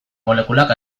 molekulak